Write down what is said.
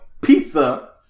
pizza